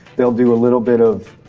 they'll do a little bit of,